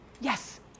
Yes